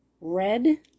red